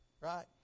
right